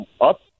up